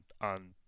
on